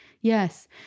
Yes